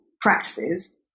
practices